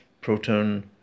proton